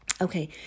Okay